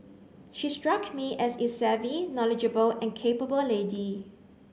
she struck me as a savvy knowledgeable and capable lady